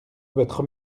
votre